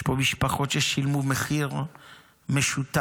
יש פה משפחות ששילמו מחיר משותף,